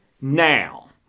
now